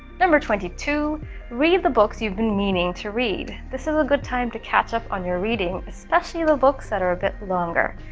number twenty two read the books you've been meaning to read. this is a good time to catch up on your reading, especially the books that are a bit longer.